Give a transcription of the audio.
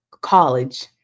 college